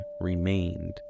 remained